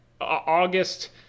August